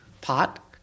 Pot